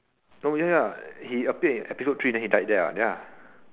oh ya he appeared in episode three then he died there what ya